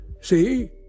see